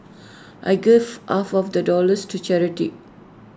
I gave half of that dollars to charity